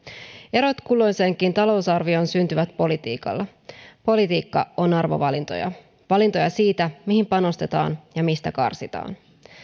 erot kulloiseenkin talousarvioon syntyvät politiikalla politiikka on arvovalintoja valintoja siitä mihin panostetaan ja mistä karsitaan